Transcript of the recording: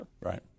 Right